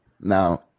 Now